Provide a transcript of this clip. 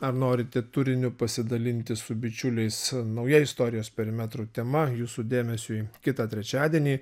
ar norite turiniu pasidalinti su bičiuliais nauja istorijos perimetrų tema jūsų dėmesiui kitą trečiadienį